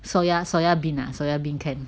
soya soya bean ah soya bean can